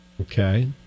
okay